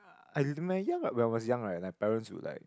I my young when I was young right my parents would like